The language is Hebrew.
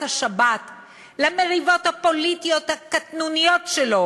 השבת למריבות הפוליטיות הקטנוניות שלו